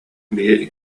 биһиги